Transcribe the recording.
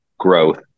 Growth